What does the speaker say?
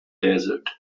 desert